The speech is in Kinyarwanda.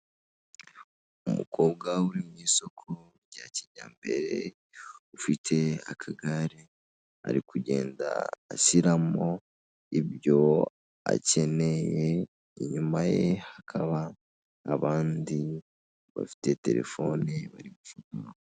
Umukobwa uri mu isoko rya kijyambere ufite akagare ari kugenda ashyiramo ibyo akeneye inyuma ye hakaba abandi bafite terefoni bari gucata.